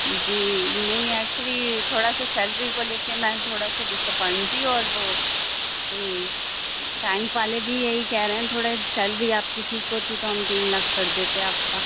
جی نہیں ایکچولی تھوڑا سا سیلری کو لے کے میں تھوڑا سا ڈس اپوائنٹ تھی اور وہ بینک والے بھی یہی کہہ رہے ہیں تھوڑے سیلری آپ کی ٹھیک ہوتی تو ہم تین لاکھ کر دیتے آپ کا